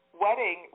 wedding